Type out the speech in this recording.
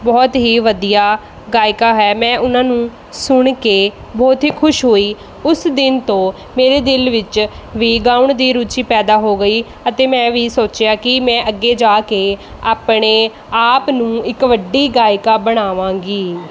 ਬਹੁਤ ਹੀ ਵਧੀਆ ਗਾਇਕਾ ਹੈ ਮੈਂ ਉਹਨਾਂ ਨੂੰ ਸੁਣ ਕੇ ਬਹੁਤ ਹੀ ਖੁਸ਼ ਹੋਈ ਉਸ ਦਿਨ ਤੋਂ ਮੇਰੇ ਦਿਲ ਵਿੱਚ ਵੀ ਗਾਉਣ ਦੀ ਰੁਚੀ ਪੈਦਾ ਹੋ ਗਈ ਅਤੇ ਮੈਂ ਵੀ ਸੋਚਿਆ ਕਿ ਮੈਂ ਅੱਗੇ ਜਾ ਕੇ ਆਪਣੇ ਆਪ ਨੂੰ ਇੱਕ ਵੱਡੀ ਗਾਇਕਾ ਬਣਾਵਾਂਗੀ